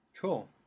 Cool